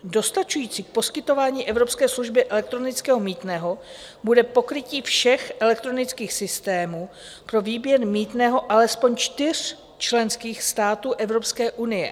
Dostačující k poskytování evropské služby elektronického mýtného bude pokrytí všech elektronických systémů pro výběr mýtného alespoň čtyř členských států Evropské unie.